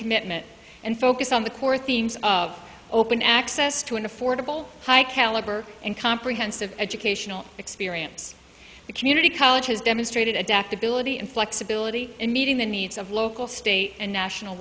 commitment and focus on the core themes of open access to an affordable high caliber and comprehensive educational experience the community college has demonstrated adaptability and flexibility in meeting the needs of local state and national